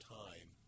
time